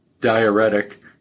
diuretic